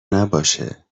نباشه